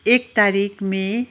एक तारिख मे